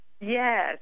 yes